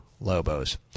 Lobos